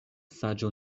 saĝo